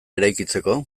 eraikitzeko